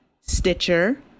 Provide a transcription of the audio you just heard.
Stitcher